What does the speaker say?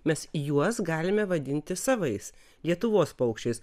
mes juos galime vadinti savais lietuvos paukščiais